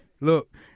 look